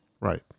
Right